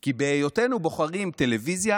כי בהיותנו בוחרים טלוויזיה,